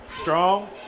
strong